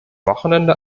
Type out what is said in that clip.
wochenende